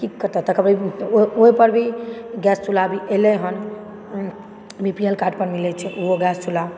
की कतऽ तक भी ओहि पर भी गैस चुल्हा भी एलै हन बीपीएल कार्ड पर मिलै छै ओहो गैस चुल्हा